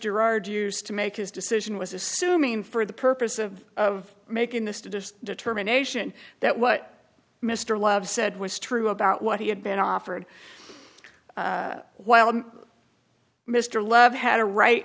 gerard used to make his decision was assuming for the purpose of of making the determination that what mr love said was true about what he had been offered while mr love had a right